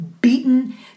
beaten